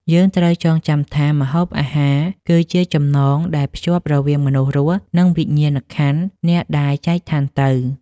យើងត្រូវចងចាំថាម្ហូបអាហារ គឺជាចំណងដែលភ្ជាប់រវាងមនុស្សរស់ និងវិញ្ញាណក្ខន្ធអ្នកដែលចែកឋានទៅ។